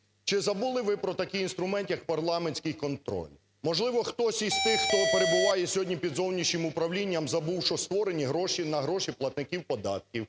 чи забули ви про такий інструмент як парламентський контроль? Можливо, хтось із тих, хто перебуває сьогодні під зовнішнім управлінням забув, що створені гроші на гроші платників податків,